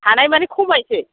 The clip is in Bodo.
हानायमानि खमायसै